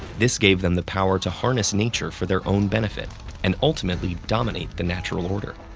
this gave them the power to harness nature for their own benefit and ultimately dominate the natural order.